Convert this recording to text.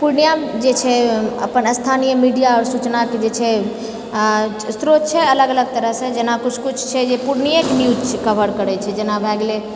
पूर्णिया जे छै अपन स्थानीय मीडिया सूचना के जे छै स्रोत छै अलग अलग तरहसँ जेना किछु किछु छै जे पूर्णियेके न्यूज़ कवर करै छै जेना भए गेलै